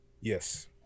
Yes